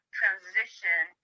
transition